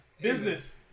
Business